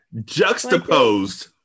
Juxtaposed